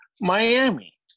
Miami